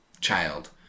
child